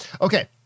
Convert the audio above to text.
Okay